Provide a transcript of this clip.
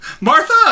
Martha